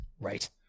right